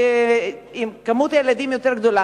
עם מספר ילדים יותר גדול,